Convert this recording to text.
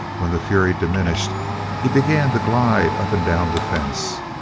when the fury diminished he began to glide up and down the fence,